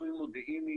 לכיסוי מודיעיני